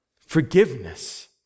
forgiveness